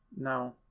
No